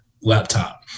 laptop